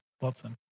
Watson